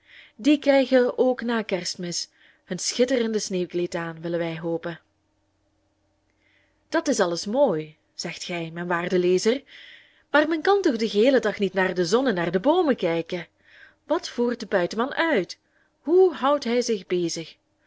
die krijgen ook na kerstmis hun schitterend sneeuwkleed aan willen wij hopen dat is alles mooi zegt gij mijn waarde lezer maar men kan toch den geheelen dag niet naar de zon en naar de boomen kijken wat voert de buitenman uit hoe houdt hij zich bezig